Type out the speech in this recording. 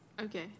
okay